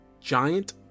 giant